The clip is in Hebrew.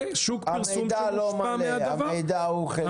זה שוק פרסום שמושפע מהדבר הזה.